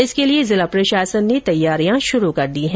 इसके लिए जिला प्रशासन ने तैयारी शुरू कर दी है